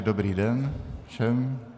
Dobrý den, všem.